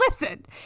Listen